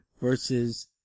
versus